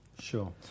Sure